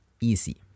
easy